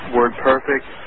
WordPerfect